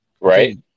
Right